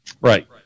Right